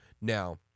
Now